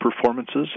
performances